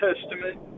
Testament